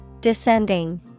Descending